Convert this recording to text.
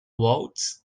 waltz